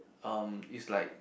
um is like